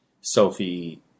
Sophie